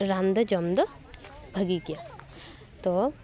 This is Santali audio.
ᱨᱟᱱ ᱫᱚ ᱡᱚᱢ ᱫᱚ ᱵᱷᱟᱜᱮ ᱜᱮᱭᱟ ᱛᱚ